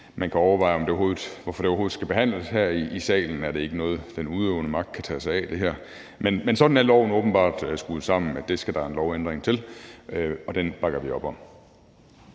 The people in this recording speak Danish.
man kan overveje hvorfor overhovedet skal behandles her i salen. Er det ikke noget, den udøvende magt kan tage sig af? Man sådan er loven åbenbart skruet sammen. Der skal en lovændring til, og den bakker vi op om.